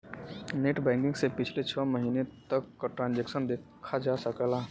net banking से पिछले छः महीने तक क ट्रांसैक्शन देखा जा सकला